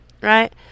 right